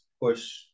push